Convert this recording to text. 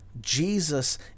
Jesus